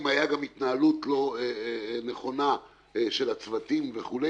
אם היתה גם התנהלות לא נכונה של הצוותים וכולי,